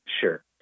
Sure